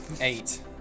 Eight